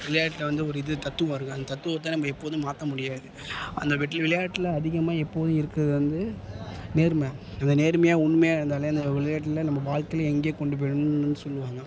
விளையாட்டில வந்து ஒரு இது தத்துவம் இருக்குது அந்த தத்துவத்தை நம்ம எப்போதும் மாற்ற முடியாது அந்த வெட்றி விளையாட்டில அதிகமாக எப்போதும் இருக்கிறது வந்து நேர்மை அந்த நேர்மையாக உண்மையாக இருந்தாலே அந்த விளையாட்டில நம்ம வாழ்க்கையில் எங்கேயோ கொண்டு போயிடும்ன்னு சொல்லுவாங்க